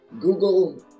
Google